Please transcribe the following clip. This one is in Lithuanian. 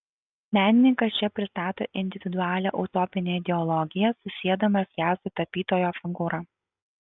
menininkas čia pristato individualią utopinę ideologiją susiedamas ją su tapytojo figūra